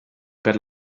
per